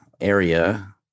area